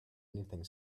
anything